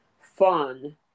fun